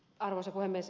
arvoisa puhemies